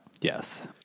Yes